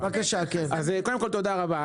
אז קודם כל תודה רבה,